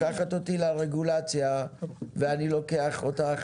את לוקחת אותי לרגולציה ואני לוקח אותך